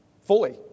fully